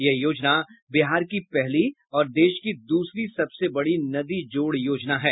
यह योजना बिहार की पहली और देश की दूसरी सबसे बड़ी नदी जोड़ योजना है